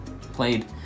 played